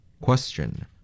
Question